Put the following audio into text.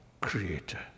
creator